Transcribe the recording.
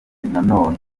none